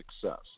success